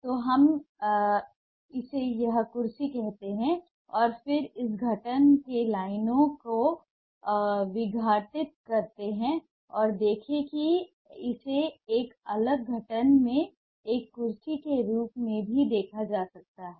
तो हम इसे एक कुर्सी कहते हैं और फिर इस गठन से लाइनों को विघटित करते हैं और देखें कि क्या इसे एक अलग गठन में एक कुर्सी के रूप में भी देखा जा सकता है